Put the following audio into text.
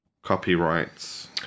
copyrights